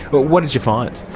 but what did you find?